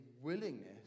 willingness